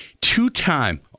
two-time